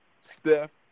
Steph